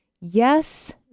yes